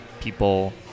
people